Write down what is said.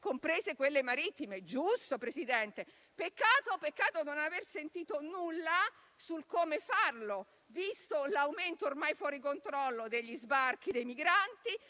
comprese quelle marittime. Giusto, Presidente: peccato non aver sentito nulla su come farlo, visto l'aumento, ormai fuori controllo, degli sbarchi dei migranti,